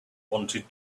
wanted